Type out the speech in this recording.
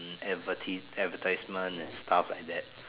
advertis~ advertisement and stuff like that